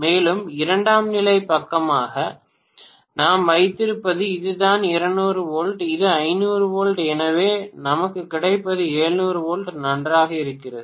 மேலும் இரண்டாம் நிலை பக்கமாக நாம் வைத்திருப்பது இதுதான் 200 வோல்ட் இது 500 வோல்ட் எனவே நமக்கு கிடைத்தது 700 வோல்ட் நன்றாக இருக்கிறது